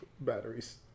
batteries